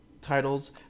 titles